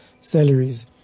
salaries